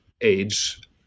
age